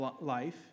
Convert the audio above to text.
life